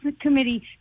committee